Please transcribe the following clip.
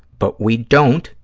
but we don't,